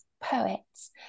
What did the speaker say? poets